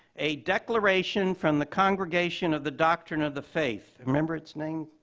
a declaration from the congregation of the doctrine of the faith, remember its name,